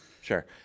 sure